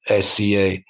SCA